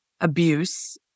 abuse